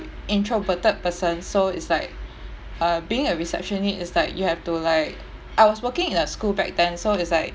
introverted person so it's like uh being a receptionist is like you have to like I was working in a school back then so it's like